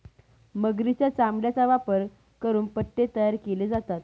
मगरीच्या चामड्याचा वापर करून पट्टे तयार केले जातात